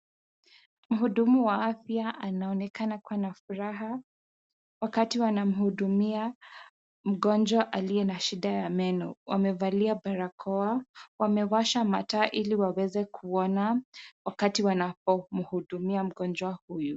Mhudumu wa afya anaonekana kuwa na furaha wakati wanamhudumia mgonjwa aliye na shida ya meno. Wamevalia barakoa, wamewasha mataa ili waweze kuona wakati wanapo mhudumiu mgonjwa huyu.